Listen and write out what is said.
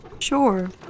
Sure